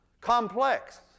complex